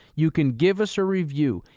you can give us a review.